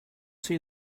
see